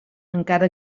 encara